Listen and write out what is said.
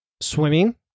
swimming